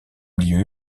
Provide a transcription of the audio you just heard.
milieu